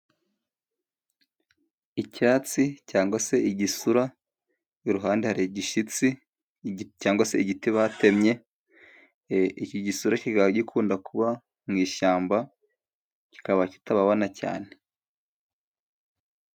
Icyatsi cyangwa se igisura, iruhande hari igishyitsi cyangwa se igiti batemye, iki gisura kikaba gikunda kuba mu ishyamba, kikaba kitababana cyane.